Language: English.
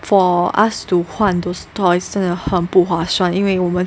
for us to 换 those toys 真的很不划算因为我们